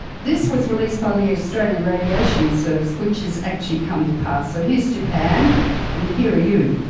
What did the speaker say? this was released by the australian radiation service, which is actually come to pass, so his japan and hear you,